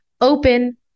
open